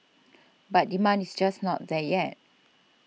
but demand is just not there yet